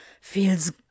Feels